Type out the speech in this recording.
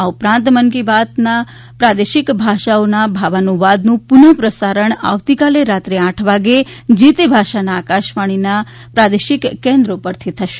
આ ઉપરાંત મન કી બાતના પ્રાદેશિક ભાષાઓના ભાવાનુવાદનું પુનઃ પ્રસારણ આવતીકાલે રાત્રે આઠ વાગે જે તે ભાષાના આકાશવાણીની પ્રાદેશિક કેન્દ્રો પરથી થશે